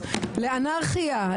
לאנרכיה,